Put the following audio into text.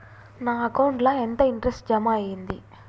నా అకౌంట్ ల ఎంత ఇంట్రెస్ట్ జమ అయ్యింది?